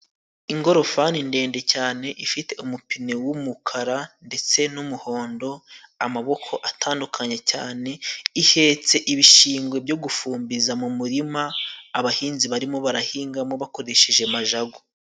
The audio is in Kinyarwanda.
Ingorofani ndende cyane, ifite umupine wumukara ndetse n'umuhondo. Amaboko atandukanye cyane, ihetse ibishingwe byo gufumbiza mu murima, abahinzi barimo barahingamo bakoresheje majago.